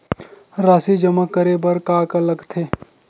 राशि जमा करे बर का का लगथे?